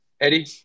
Eddie